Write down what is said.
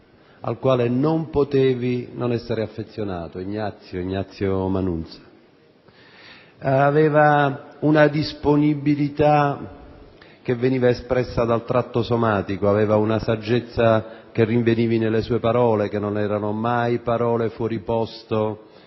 al quale non si poteva non essere affezionati: Ignazio Manunza. Aveva una disponibilità espressa anche dal tratto somatico, aveva una saggezza che si rinveniva nelle sue parole, che non erano mai parole fuori posto